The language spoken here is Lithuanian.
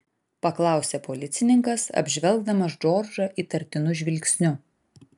paklausė policininkas apžvelgdamas džordžą įtartinu žvilgsniu